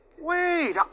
Wait